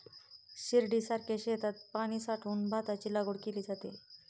शिर्डीसारख्या शेतात पाणी साठवून भाताची लागवड केली जाते